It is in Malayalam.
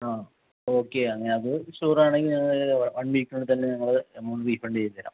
ആ ഓക്കെ അങ്ങനെ അത് ഷുവർ ആണെങ്കിൽ വൺ വീക്കിനുള്ളിൽ തന്നെ ഞങ്ങൾ എമൗണ്ട് റീഫണ്ട് ചെയ്ത് തരാം